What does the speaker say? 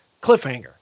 cliffhanger